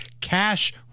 cash